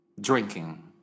drinking